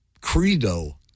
credo